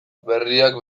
berriak